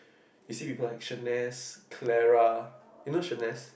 you see with connection nest Clara even should nest